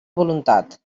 voluntat